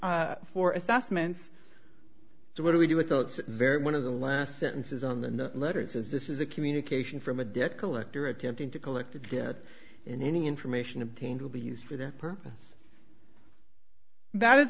arrears for assessments so what do we do with those very one of the last sentences on the letters is this is a communication from a dick collector attempting to collect together in any information obtained will be used for that purpose that is